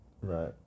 Right